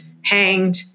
hanged